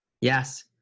Yes